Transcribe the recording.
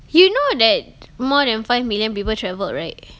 you know that more than five million people travelled right